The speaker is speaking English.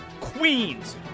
Queens